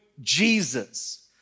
Jesus